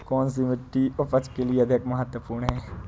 कौन सी मिट्टी उपज के लिए अधिक महत्वपूर्ण है?